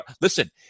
Listen